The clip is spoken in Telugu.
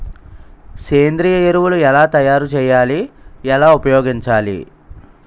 సేంద్రీయ ఎరువులు ఎలా తయారు చేయాలి? ఎలా ఉపయోగించాలీ?